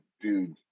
dude